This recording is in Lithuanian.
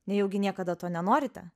nejaugi niekada to nenorite